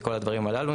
וכל הדברים הללו.